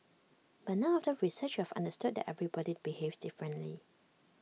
but now after research we have understood that everybody behaves differently